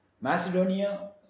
Macedonia